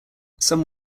some